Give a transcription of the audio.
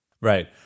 Right